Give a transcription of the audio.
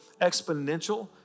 exponential